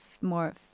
more